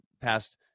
past